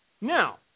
now